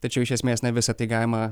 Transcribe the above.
tačiau iš esmės na visa tai galima